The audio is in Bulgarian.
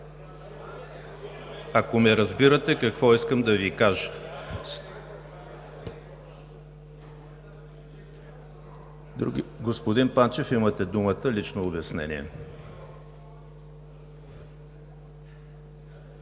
ако ме разбирате какво искам да Ви кажа. Господин Панчев, имате думата за лично обяснение.